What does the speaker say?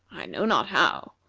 i know not how.